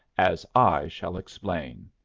as i shall explain.